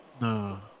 No